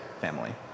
family